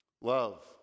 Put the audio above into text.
Love